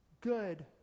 Good